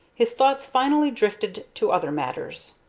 his thoughts finally drifted to other matters.